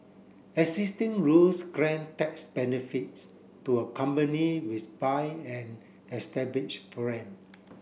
existing rules grant tax benefits to a company which buy an established brand